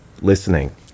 listening